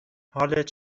حالت